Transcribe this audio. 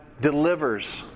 delivers